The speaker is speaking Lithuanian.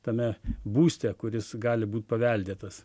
tame būste kuris gali būt paveldėtas